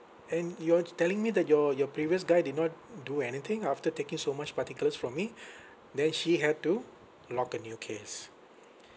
and you're telling me that your your previous guy did not do anything after taking so much particulars from me then she had to log a new case